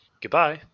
Goodbye